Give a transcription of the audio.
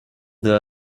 there